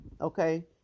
Okay